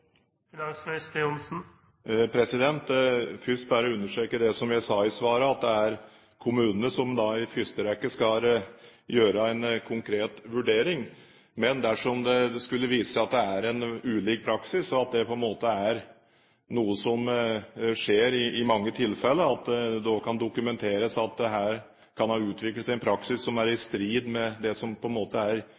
først bare understreke det jeg sa i svaret, at det er kommunene som i første rekke skal gjøre en konkret vurdering. Men dersom det skulle vise seg at det er ulik praksis, og at det er noe som skjer i mange tilfeller, og det også kan dokumenteres at det her kan ha utviklet seg en praksis som er i strid med intensjonen i bl.a. Bøckmann-dommen, så skal jeg selvsagt se på saken. Da synes jeg at svaret er